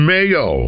Mayo